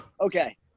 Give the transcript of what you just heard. okay